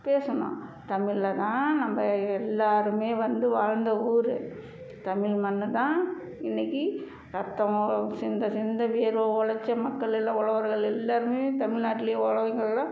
பேசணும் தமிழில தான் நம்ம எல்லோருமே வந்து வாழ்த்த ஊர் தமிழ் மண் தான் இன்றைக்கி ரத்தமோ சிந்த சிந்த வேர்வை உழைச்ச மக்கள் எல்லா உழவர்கள் எல்லோருமே தமிழ் நாட்டில் உழவர்கள்லாம்